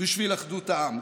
בשביל אחדות העם,